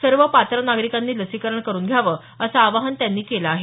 सर्व पात्र नागरिकांनी लसीकरण करून घ्यावं असं आवाहन त्यांनी केलं आहे